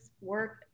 work